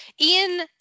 Ian